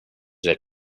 their